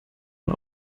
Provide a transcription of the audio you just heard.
man